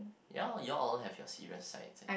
ya you all have your serious side is it